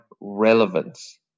relevance